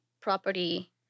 property